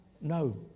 no